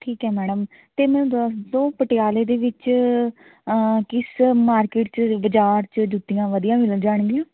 ਠੀਕ ਹੈ ਮੈਡਮ ਅਤੇ ਮੈਨੂੰ ਦੱਸ ਦਿਓ ਪਟਿਆਲੇ ਦੇ ਵਿੱਚ ਕਿਸ ਮਾਰਕੀਟ 'ਚ ਬਜ਼ਾਰ 'ਚ ਜੁੱਤੀਆਂ ਵਧੀਆ ਮਿਲ ਜਾਣਗੀਆਂ